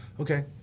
okay